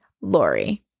Lori